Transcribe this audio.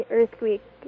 Earthquake